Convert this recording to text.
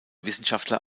wissenschaftler